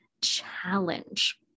challenge